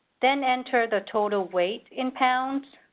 then enter the total weight in pounds,